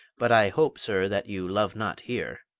but i hope, sir, that you love not here.